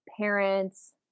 parents